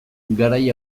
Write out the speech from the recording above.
garai